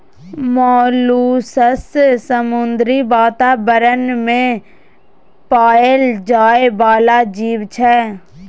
molluscs समुद्री बातावरण मे पाएल जाइ बला जीब छै